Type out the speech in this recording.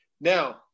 Now